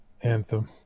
Anthem